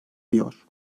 diyor